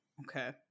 Okay